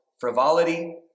frivolity